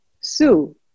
Sue